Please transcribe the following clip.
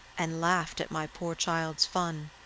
and laughed at my poor child's fun.